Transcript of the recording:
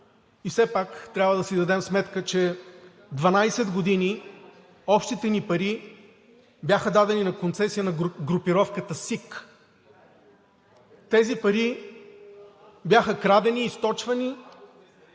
И все пак трябва да си дадем сметка, че 12 години общите ни пари бяха дадени на концесия на групировката СИК. Тези пари бяха крадени, източвани,